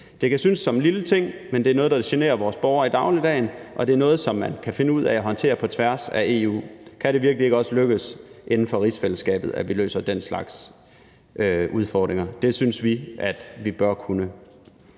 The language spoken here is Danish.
Det kan synes som en lille ting, men det er noget, der generer vores borgere i dagligdagen, og det er noget, som man kan finde ud af at håndtere på tværs af EU. Kan det virkelig ikke også lykkes inden for rigsfællesskabet at løse den slags udfordringer? Det synes vi at vi bør kunne.